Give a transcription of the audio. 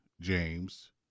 James